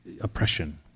oppression